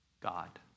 God